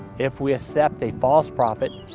if we accept a false prophet,